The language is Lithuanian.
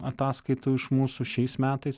ataskaitų iš mūsų šiais metais